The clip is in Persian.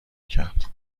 کرد